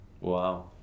Wow